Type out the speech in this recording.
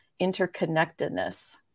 interconnectedness